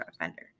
offender